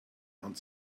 hand